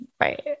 right